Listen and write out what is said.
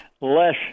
less